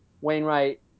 Wainwright